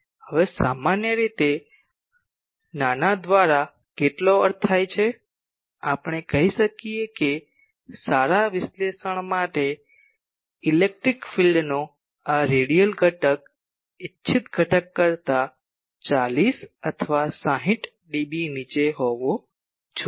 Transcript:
હવે સામાન્ય રીતે નાના દ્વારા કેટલો અર્થ થાય છે આપણે કહી શકીએ કે સારા વિશ્લેષણ માટે ઇલેક્ટ્રિક ફિલ્ડનો આ રેડિયલ ઘટક ઇચ્છિત ઘટક કરતા 40 અથવા 60 ડીબી નીચે હોવો જોઈએ